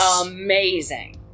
amazing